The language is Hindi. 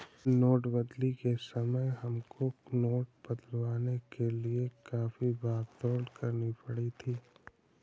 नोटबंदी के समय हमको नोट बदलवाने के लिए काफी भाग दौड़ करनी पड़ी थी